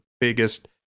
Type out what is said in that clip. biggest